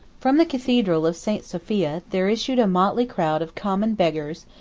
from the cathedral of st. sophia there issued a motley crowd of common beggars,